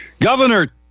Governor